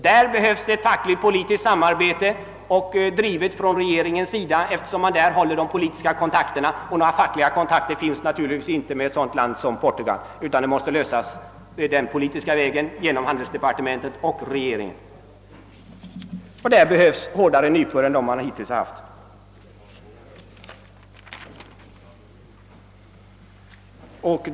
Det erforderliga fackligt-politiska samarbetet bör drivas från regeringens sida, eftersom regeringen upprätthåller de politiska kontakterna och några fackliga kontakter inte finns med ett sådant land som Portugal. Problemen måste lösas den politiska vägen genom handelsdepartementet och regeringen. För detta fordras hårdare nypor än som hittills använts.